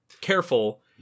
careful